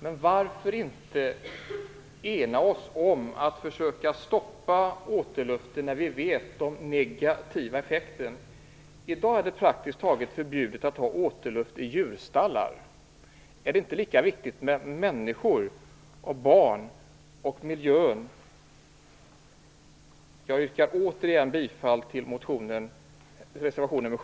Men varför kan vi inte ena oss om att försöka stoppa återluften när vi vet de negativa effekterna av den? I dag är det praktiskt taget förbjudet att använda återluft i djurstallar. Är det inte lika viktigt med människor, barn och miljön? Jag yrkar återigen bifall till reservation nr 7.